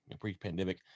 pre-pandemic